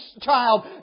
child